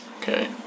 Okay